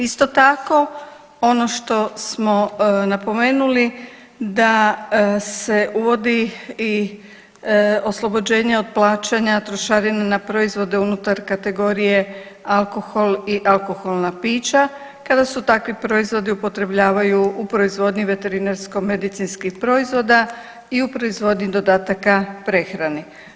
Isto tako ono što smo napomenuli da se uvodi i oslobođenje od plaćanja trošarina na proizvode unutar kategorije alkohol i alkoholna pića kada se takvi proizvodi upotrebljavaju u proizvodnji veterinarsko-medicinskih proizvoda i u proizvodnji dodataka prehrani.